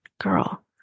girl